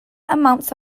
amounts